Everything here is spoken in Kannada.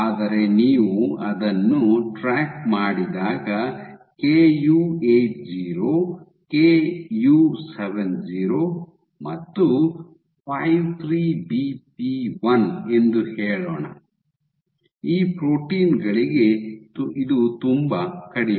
ಆದರೆ ನೀವು ಅದನ್ನು ಟ್ರ್ಯಾಕ್ ಮಾಡಿದಾಗ ಕೆಯು 80 ಕೆಯು 70 ಮತ್ತು 53 ಬಿಪಿ 1 ಎಂದು ಹೇಳೋಣ ಈ ಪ್ರೋಟೀನ್ ಗಳಿಗೆ ಇದು ತುಂಬಾ ಕಡಿಮೆ